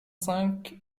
cinq